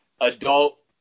adult